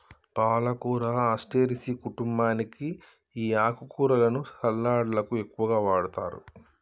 పాలకూర అస్టెరెసి కుంటుంబానికి ఈ ఆకుకూరలను సలడ్లకు ఎక్కువగా వాడతారు